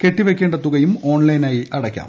കെട്ടിവെയ്ക്കേണ്ട തുകയും ഓൺലൈനായി അടയ്ക്കാം